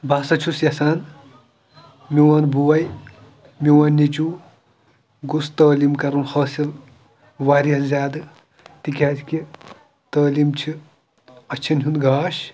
بہٕ ہَسا چھُس یَژھان میون بوے میون نیٚچوٗ گوٚژھ تٲلیٖم کَرُن حٲصِل واریاہ زیادٕ تِکیٛازِ کہِ تٲلیٖم چھِ اَچھَن ہُنٛد گاش